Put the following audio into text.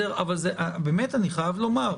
אני חייב לומר,